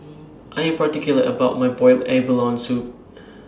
I Am particular about My boiled abalone Soup